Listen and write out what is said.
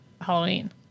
Halloween